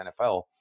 NFL